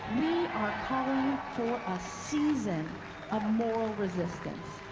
are calling for a season of moral resistance,